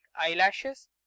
eyelashes